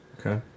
Okay